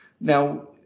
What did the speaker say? Now